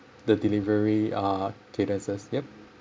the delivery uh cadences yup